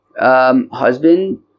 Husband